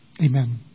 Amen